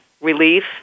Relief